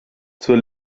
zur